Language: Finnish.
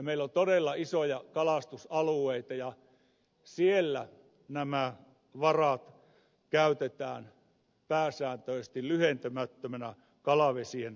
meillä on todella isoja kalastusalueita ja siellä nämä varat käytetään pääsääntöisesti lyhentämättömänä kalavesien hoitoon